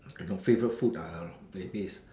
you know favorite food ah maybe is